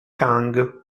kang